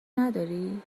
نداری